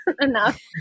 enough